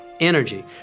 Energy